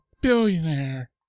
billionaire